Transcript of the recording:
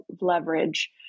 leverage